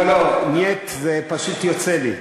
לא לא, "נייט" פשוט יוצא לי.